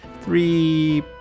three